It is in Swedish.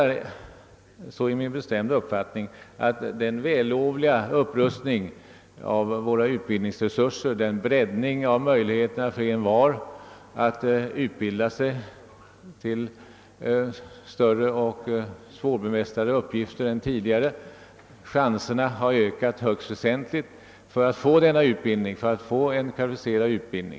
Jag har den bestämda uppfattningen att vi med den vällovliga upprustning av våra utbildningsresurser som vi har och med den breddning av möjligheterna för envar att utbilda sig till större och mera kvalificerade uppgifter än tidigare riskerar att få svårigheter när det gäller att placera dagens och morgondagens <välutbildade ungdomar.